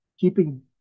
keeping